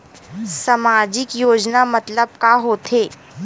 सामजिक योजना मतलब का होथे?